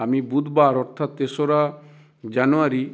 আমি বুধবার অর্থাৎ তেসরা জানুয়ারি